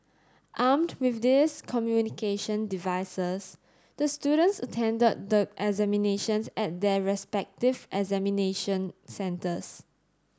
armed with these communication devices the students attended the examinations at their respective examination centres